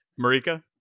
Marika